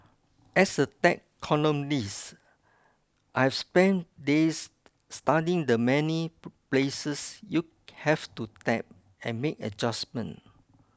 as a tech columnist I've spent days studying the many places you have to tap and make adjustment